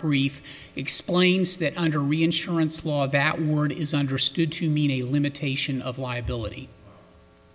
brief explains that under reinsurance law that word is understood to mean a limitation of liability